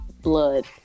blood